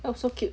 oh so cute